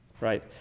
right